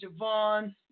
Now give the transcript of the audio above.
Javon